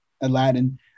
Aladdin